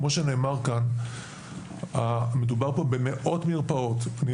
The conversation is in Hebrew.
כמו שנאמר כאן, מדובר פה במאות מרפאות.